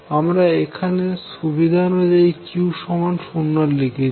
আমরা এখানে সুবিধা অনুযায়ী q সমান 0 লিখেছি